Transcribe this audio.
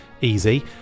Easy